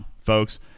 folks